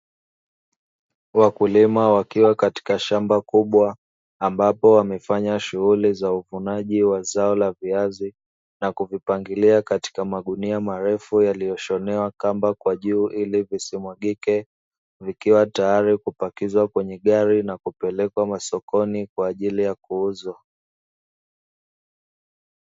Wakulima wakiwa katika shamba kubwa ambapo wamefanya shughuli za uvunaji wa zao la viazi na kuvipangilia katika magunia marefu yalishonewa kamba kwa juu, ili visimwagike, vikiwa tayari kupakizwa kwenye gari na kupelekwa masokoni kwa ajili ya kuuzwa.